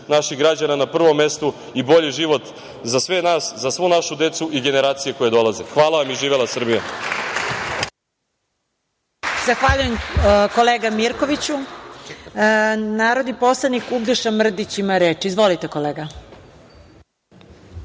naših građana na prvom mestu i bolji život za sve nas, za svu našu decu i generacije koje dolaze. Hvala vam. Živela Srbija.